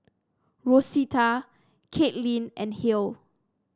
Rosetta Kaitlyn and Halle